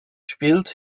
spielt